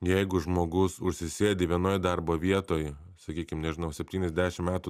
jeigu žmogus užsisėdi vienoj darbo vietoj sakykim nežinau septyniasdešim metų